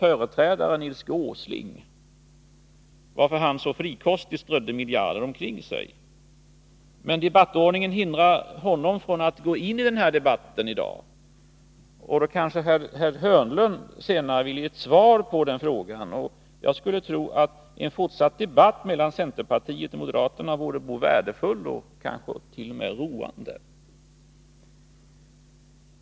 Det är honom man skall fråga, varför han så frikostigt strödde miljarder omkring sig. Debattordningen hindrar honom emellertid från att gå in i den här debatten i dag. Därför kanske herr Hörnlund senare vill ge ett svar på den frågan. En fortsatt debatt mellan centerpartiet och moderaterna vore nog värdefull och kanske t.o.m. roande.